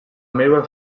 meva